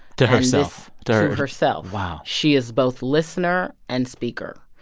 to herself. to herself wow she is both listener and speaker.